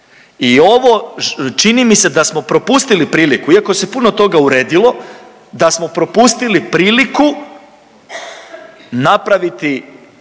I ovo čini mi se da smo propustili priliku, iako se puno toga uredilo, da smo propustili priliku napraviti